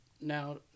Now